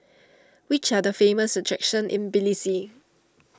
which are the famous attractions in Tbilisi